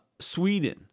Sweden